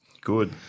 Good